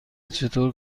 چطور